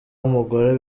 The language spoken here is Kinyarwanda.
w’umugore